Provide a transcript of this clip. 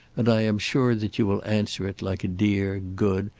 and i am sure that you will answer it like a dear, good,